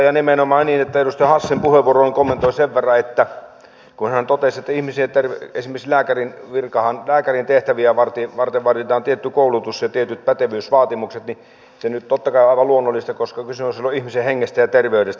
ja nimenomaan edustaja hassin puheenvuoroa kommentoin sen verran kun hän totesi että esimerkiksi lääkärin tehtäviä varten vaaditaan tietty koulutus ja tietyt pätevyysvaatimukset että se nyt totta kai on aivan luonnollista koska kysymys on silloin ihmisen hengestä ja terveydestä